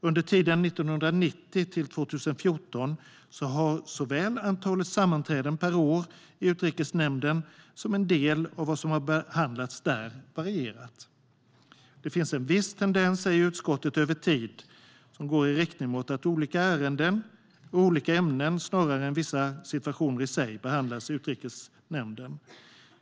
Under tiden 1990-2014 har såväl antalet sammanträden per år i Utrikesnämnden som en del av vad som behandlats där varierat. Det finns en viss tendens, säger utskottet, över tid som går i riktning mot att olika ärenden och olika ämnen, snarare än vissa situationer i sig, behandlas i Utrikesnämnden.